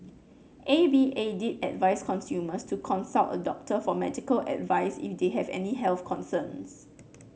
A V A did advice consumers to consult a doctor for medical advice if they have any health concerns